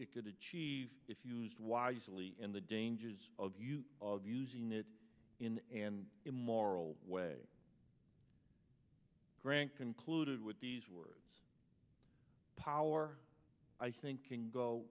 it could achieve if used wisely in the dangers of of using it in an immoral way grant concluded with these words power i think can go